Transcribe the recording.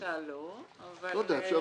בחצי שעה לא אבל בשעה, שעתיים כן.